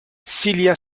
silja